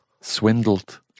swindled